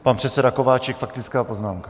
Pan předseda Kováčik, faktická poznámka.